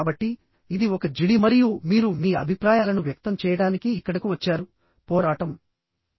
కాబట్టి ఇది ఒక జిడి మరియు మీరు మీ అభిప్రాయాలను వ్యక్తం చేయడానికి ఇక్కడకు వచ్చారు పోరాటం ఉన్నప్పటికీ మరింత కాంతి రావాలి మరియు మీరు పోరాటాన్ని తగ్గించాలి